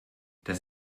das